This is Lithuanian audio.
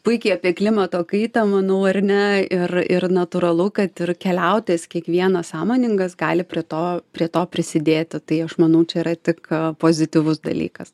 puikiai apie klimato kaitą manau ar ne ir ir natūralu kad ir keliautojas kiekvienas sąmoningas gali prie to prie to prisidėti tai aš manau čia yra tik pozityvus dalykas